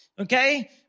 Okay